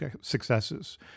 successes